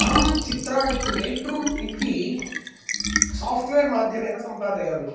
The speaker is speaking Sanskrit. अहं चित्राणि लैट्रूम् इति सोफ्टवेर् माध्यमेन सम्पादयामि